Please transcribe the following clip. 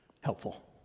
helpful